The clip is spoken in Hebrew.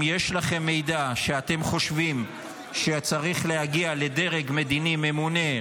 אם יש לכם מידע שאתם חושבים שצריך להגיע לדרג מדיני ממונה,